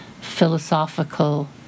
philosophical